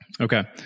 Okay